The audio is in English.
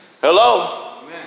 Hello